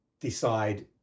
decide